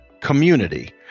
Community